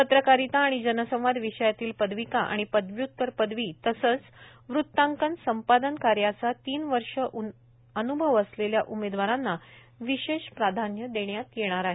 पत्रकारिता आणि जनसंवाद विषयातील पदविका किंवा पदव्य्तर पदवी तसेच वृतांकन संपादन कार्याचा तीन वर्ष अनुभव असलेल्या उमेदवारांना विशेष प्राधान्य देण्यात येणार आहे